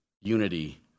unity